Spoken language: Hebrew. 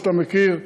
שאתה מכיר,